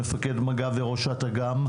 את מפקד מג"ב ואת ראשת אג"מ,